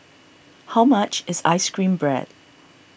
how much is Ice Cream Bread